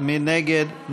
מי נגד?